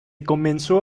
comenzó